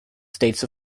states